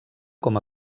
com